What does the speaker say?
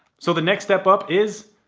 so the next step up is.